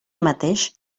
mateix